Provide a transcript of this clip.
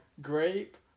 grape